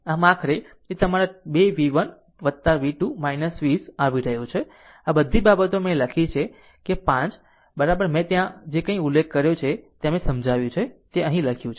આમ આખરે તે તમારા 2 v1 v2 20 આવી રહ્યું છે આ બધી બાબતો મેં લખી છે કે 5 મેં ત્યાં જે કંઇ ઉલ્લેખ કર્યો છે ત્યાં જે કંઇ સમજાવ્યું છે તે અહીં લખ્યું છે